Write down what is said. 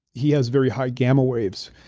he has very high gamma waves.